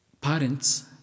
parents